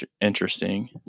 interesting